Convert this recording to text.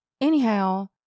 Anyhow